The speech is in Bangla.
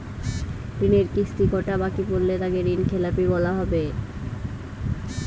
ঋণের কিস্তি কটা বাকি পড়লে তাকে ঋণখেলাপি বলা হবে?